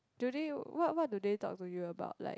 do they what what do they talk to you about like